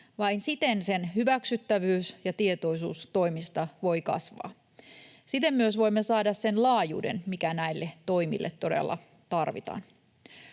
Vain siten sen hyväksyttävyys ja tietoisuus toimista voi kasvaa. Siten voimme myös saada sen laajuuden, mikä näille toimille todella tarvitaan.